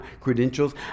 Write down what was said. credentials